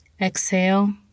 Exhale